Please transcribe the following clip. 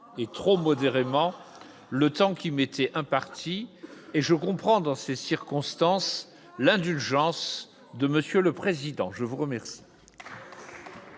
Et trop modérément le temps qui m'était impartie et je comprends dans ces circonstances, l'indulgence de monsieur le président je vous remercie.